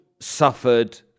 suffered